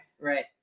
Right